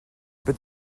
peux